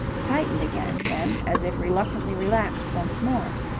tightened again, then, as if reluctantly relaxed once more.